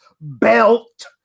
belt